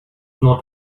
not